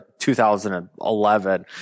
2011